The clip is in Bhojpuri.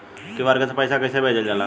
क्यू.आर से पैसा कैसे भेजल जाला?